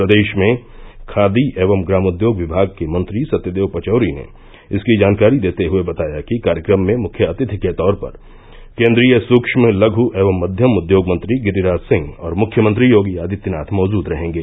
प्रदेश के खादी एवं ग्रामोद्योग विमाग के मंत्री सत्यदेव पर्वौरी ने इसकी जानकारी देते हुए बताया कि कार्यक्रम में मुख्य अतिथि के तौर पर केन्द्रीय सूक्ष्म लघु एवं मध्यम उद्योग मंत्री गिरिराज सिंह और मुख्यमंत्री योगी आदित्यनाथ मौजूद रहेगे